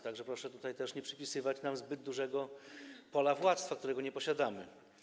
Tak że proszę tutaj też nie przypisywać nam zbyt dużego pola władztwa, którego nie posiadamy.